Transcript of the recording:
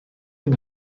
yng